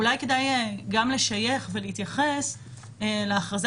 אולי כדאי גם לשייך ולהתייחס להכרזה